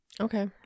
Okay